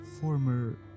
former